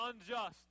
unjust